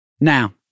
Now